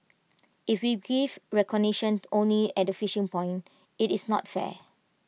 if we give recognition only at finishing point IT is not fair